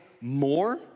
more